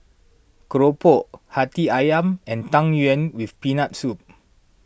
Keropok Hati Ayam and Tang Yuen with Peanut Soup